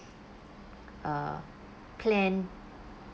uh plan